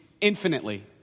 infinitely